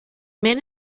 man